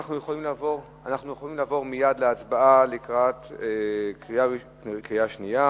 אנחנו יכולים לעבור מייד להצבעה בקריאה שנייה